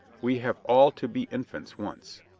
we have all to be in fants once.